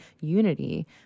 unity